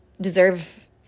deserve